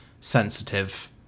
sensitive